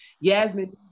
yasmin